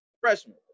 Freshman